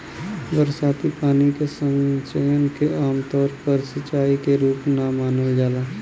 बरसाती पानी के संचयन के आमतौर पर सिंचाई क रूप ना मानल जाला